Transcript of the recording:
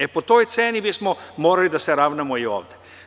E, po toj ceni bismo morali da se ravnamo i ovde.